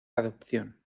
adopción